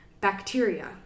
Bacteria